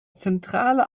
zentrale